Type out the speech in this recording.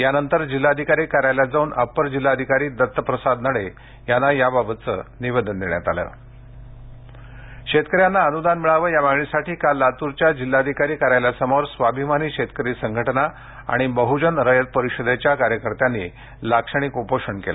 यानंतर जिल्हाधिकारी कार्यालयात जाऊन अप्पर जिल्हाधिकारी दत्तप्रसाद नडे याना या बाबत निवेदन देण्यात आले उपोषण शेतकऱ्यांना अनुदान मिळावं या मागणीसाठी काल लातूरच्या जिल्हाधिकारी कार्यालयासमोर स्वाभीमानी शेतकरी संघटना आणि बहुजन रयत परिषदेच्या कार्यकर्त्यानी लाक्षणीक उपोषण केलं